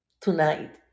tonight